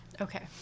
Okay